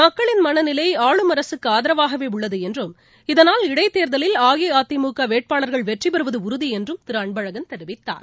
மக்களின் மன நிலை ஆளும் அரசுக்கு ஆதரவாகவே உள்ளது என்றும் இதனால் இடைத் தேர்தலில் அஇஅதிமுக வேட்பாளர்கள் வெற்றி பெறுவது உறுதி என்றும் திரு அன்பழகன் தெரிவித்தார்